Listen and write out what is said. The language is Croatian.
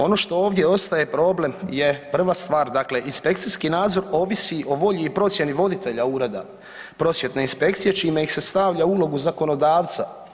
Ono što ovdje ostaje problem je prva stvar, dakle inspekcijski nadzor ovisi o volji i procjeni voditelja Ureda Prosvjetne inspekcije čime ih se stavlja u ulogu zakonodavca.